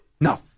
No